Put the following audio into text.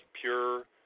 pure